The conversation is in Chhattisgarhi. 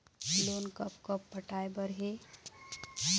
लोन कब कब पटाए बर हे?